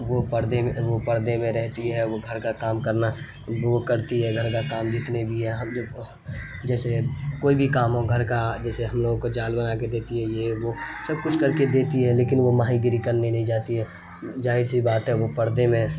وہ پردے میں وہ پردے میں رہتی ہے وہ گھر کا کام کرنا وہ کرتی ہے گھر کا کام جتنے بھی ہیں ہم جب جیسے کوئی بھی کام ہو گھر کا جیسے ہم لوگوں کو جال بنا کے دیتی ہے یہ وہ سب کچھ کر کے دیتی ہے لیکن وہ ماہی گیری کرنے نہیں جاتی ہے ظاہر سی بات ہے وہ پردے میں